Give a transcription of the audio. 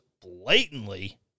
blatantly